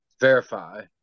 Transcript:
verify